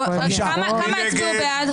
מי נמנע?